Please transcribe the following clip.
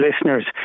listeners